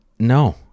No